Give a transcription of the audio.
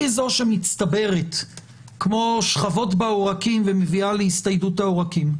זו שמצטברת כמו שכבות בעורקים ומביאה להסתיידות העורקים.